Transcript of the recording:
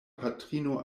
patrino